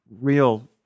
real